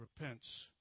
repents